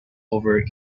over